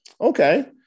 okay